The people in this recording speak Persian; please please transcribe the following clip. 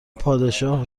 پادشاه